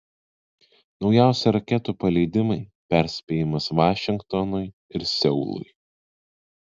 naujausi raketų paleidimai perspėjimas vašingtonui ir seului